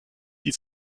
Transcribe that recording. die